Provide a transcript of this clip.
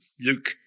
Luke